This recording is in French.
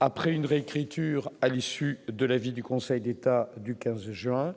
après une réécriture à l'issue de l'avis du Conseil d'État du 15 juin